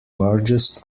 largest